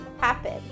happen